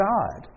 God